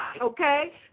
okay